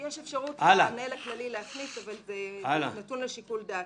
יש אפשרות למנהל הכללי להחליט אבל זה נתון לשיקול דעתו.